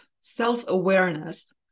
self-awareness